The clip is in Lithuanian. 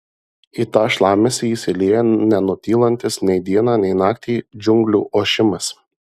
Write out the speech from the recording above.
į tą šlamesį įsilieja nenutylantis nei dieną nei naktį džiunglių ošimas